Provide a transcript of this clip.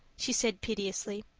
she said piteously.